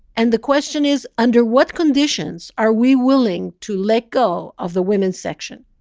and the question is, under what conditions are we willing to let go of the women's section?